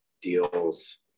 deals